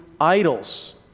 idols